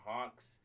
Hawks